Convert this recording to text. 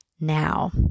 now